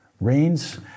rains